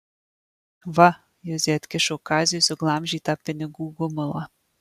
va juzė atkišo kaziui suglamžytą pinigų gumulą